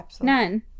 None